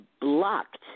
blocked